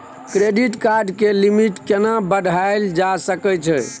Credit card के limit केना बढायल जा सकै छै?